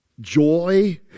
joy